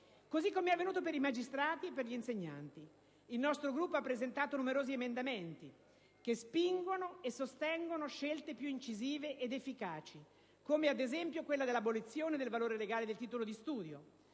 così come è avvenuto per i magistrati e per gli insegnanti. Il nostro Gruppo ha presentato numerosi emendamenti che spingono e sostengono scelte più incisive ed efficaci, come ad esempio quella dell'abolizione del valore legale del titolo di studio